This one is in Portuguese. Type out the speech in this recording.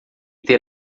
ter